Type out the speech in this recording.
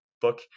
book